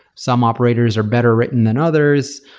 some operators are better written than others.